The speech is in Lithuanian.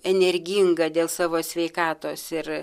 energinga dėl savo sveikatos ir